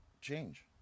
change